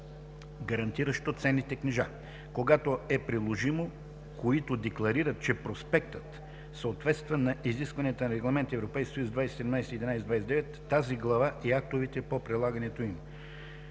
гарантиращо ценните книжа, когато е приложимо, които декларират, че проспектът съответства на изискванията на Регламент (EС) 2017/1129, тази глава и актовете по прилагането им.